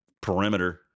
perimeter